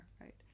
right